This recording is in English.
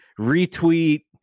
retweet